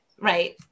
Right